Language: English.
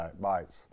bites